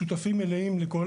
שותפים מלאים לכל